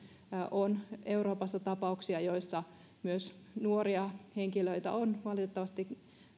on tapauksia joissa myös nuoria henkilöitä on valitettavasti